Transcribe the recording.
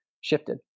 shifted